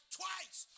twice